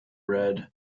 red